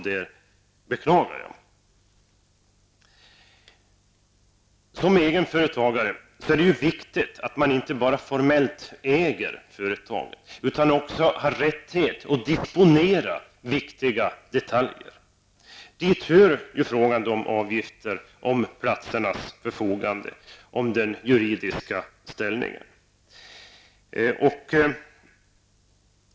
Det beklagar jag. Som egen företagare är det viktigt att man inte bara formellt äger företaget, utan att man också har rättighet att disponera viktiga detaljer. Dit hör frågan om avgifter, förfogandet över platserna, den juridiska ställningen.